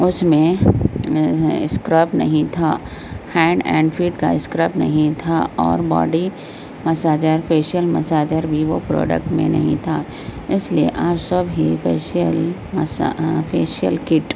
اس میں اسکرب نہیں تھا ہینڈ اینڈ فٹ کا اسکرب نہیں تھا اور باڈی مساجر فیشیل مساجر بھی وہ پروڈکٹ میں نہیں تھا اس لیے آپ سب ہی فیشیل فیشیل کٹ